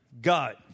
God